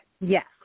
Yes